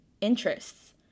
interests